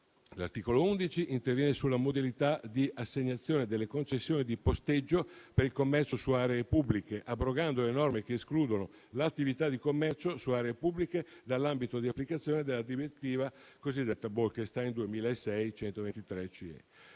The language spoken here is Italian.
L'articolo 11 interviene sulla modalità di assegnazione delle concessioni di posteggio per il commercio su aree pubbliche, abrogando le norme che escludono l'attività di commercio su aree pubbliche dall'ambito di applicazione della direttiva cosiddetta Bolkestein 2006/123/CE,